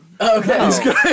okay